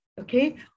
okay